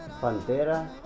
Pantera